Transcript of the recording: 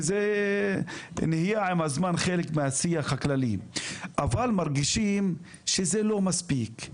כי זה מניע עם הזמן חלק מהשיח הכללי אבל מרגישים שזה לא מספיק,